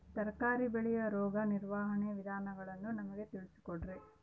ತರಕಾರಿ ಬೆಳೆಯ ರೋಗ ನಿರ್ವಹಣೆಯ ವಿಧಾನಗಳನ್ನು ನಮಗೆ ತಿಳಿಸಿ ಕೊಡ್ರಿ?